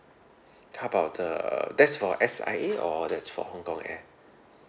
how about the that's for S_I_A or that's for hong-kong air